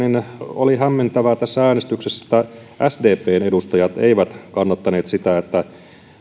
oli hämmentävää tässä äänestyksessä että sdpn edustajat eivät kannattaneet sitä että